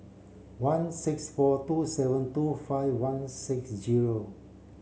one six four two seven two five one six zero